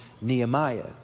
Nehemiah